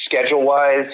schedule-wise